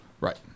Right